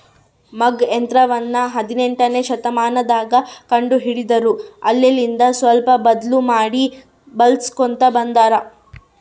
ಮಗ್ಗ ಯಂತ್ರವನ್ನ ಹದಿನೆಂಟನೆಯ ಶತಮಾನದಗ ಕಂಡು ಹಿಡಿದರು ಅಲ್ಲೆಲಿಂದ ಸ್ವಲ್ಪ ಬದ್ಲು ಮಾಡಿ ಬಳಿಸ್ಕೊಂತ ಬಂದಾರ